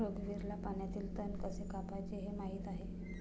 रघुवीरला पाण्यातील तण कसे कापायचे हे माहित आहे